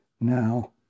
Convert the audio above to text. Now